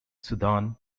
sudan